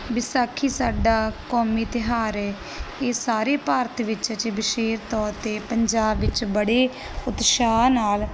ਵਿਸਾਖੀ ਸਾਡਾ ਕੌਮੀ ਤਿਹਾਰ ਏ ਇਹ ਸਾਰੇ ਭਾਰਤ ਵਿੱਚ ਵਿਸ਼ੇਸ਼ ਤੌਰ ਤੇ ਪੰਜਾਬ ਵਿੱਚ ਬੜੇ ਉਤਸ਼ਾਹ ਨਾਲ